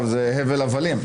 הבל הבלים,